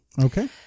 Okay